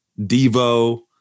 Devo